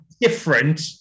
different